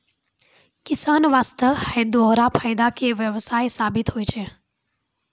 किसान वास्तॅ है दोहरा फायदा के व्यवसाय साबित होय छै